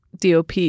DOP